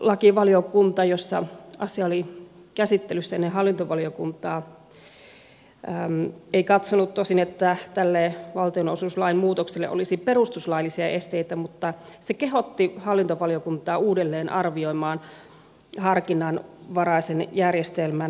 perustuslakivaliokunta jossa asia oli käsittelyssä ennen hallintovaliokuntaa ei tosin katsonut että tälle valtionosuuslain muutokselle olisi perustuslaillisia esteitä mutta se kehotti hallintovaliokuntaa uudelleen arvioimaan harkinnanvaraisen järjestelmän sekä kiinteistöveron pakkokorotuksen imurointia